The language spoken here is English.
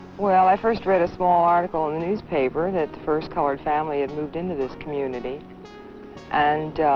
well, i first read a small article in the newspaper that the first colored family had moved into this community and